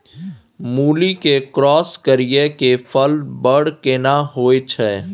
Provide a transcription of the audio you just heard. मूली के क्रॉस करिये के फल बर केना होय छै?